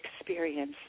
experience